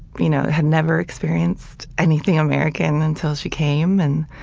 you know had never experienced anything american until she came and,